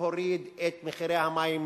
להוריד את מחירי המים,